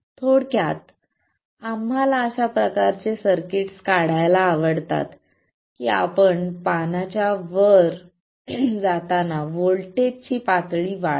थोडक्यात आम्हाला अशा प्रकारे सर्किट्स काढायला आवडतात की आपण पानाच्या वर जाताना व्होल्टेजची पातळी वाढते